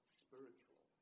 spiritual